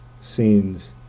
scenes